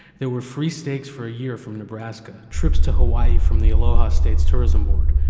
there were free steaks for a year from nebraska, trips to hawaii from the aloha state's tourism board.